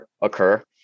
occur